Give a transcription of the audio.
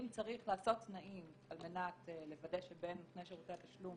אם צריך לעשות תנאים על מנת לוודא שבין נותני שירותי התשלום